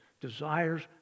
desires